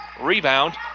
Rebound